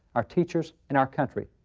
our teachers and our country.